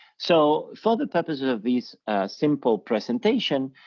so for the purposes of these simple presentation,